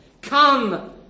Come